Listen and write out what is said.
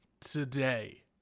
today